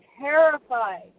terrified